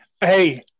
Hey